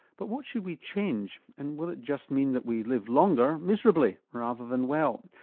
but what should we change and will it just mean that we live longer miserably rather than well?